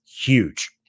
huge